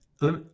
let